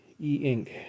e-ink